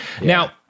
now